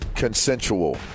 Consensual